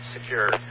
secure